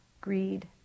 greed